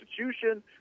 institution